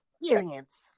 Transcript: experience